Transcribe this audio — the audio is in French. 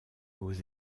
aux